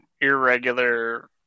irregular